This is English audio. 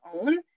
own